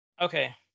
okay